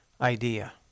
idea